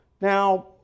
Now